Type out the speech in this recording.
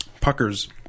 puckers